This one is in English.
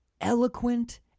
eloquent